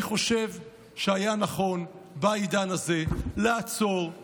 אני חושב שהיה נכון בעידן הזה לעצור,